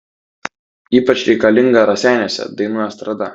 ypač reikalinga raseiniuose dainų estrada